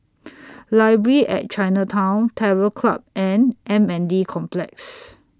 Library At Chinatown Terror Club and M N D Complex